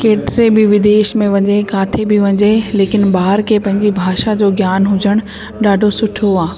केतिरे बि विदेश में वञे किथे बि वञे लेकिन ॿार खे पंहिंजे भाषा जो ज्ञान हुजणु ॾाढो सुठो आहे